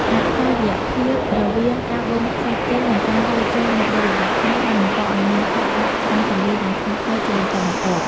អតុល្យភាពរវាងការបូមខ្សាច់ចេញ និង ការហូរចូលនៃដីល្បាប់ថ្មីបានបង្កឱ្យមានការបាក់ច្រាំងទន្លេយ៉ាងធ្ងន់ធ្ងរជាបន្តបន្ទាប់។